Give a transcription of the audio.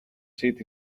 sit